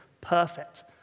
perfect